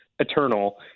eternal